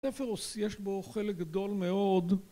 ספר רוסי יש בו חלק גדול מאוד